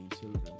children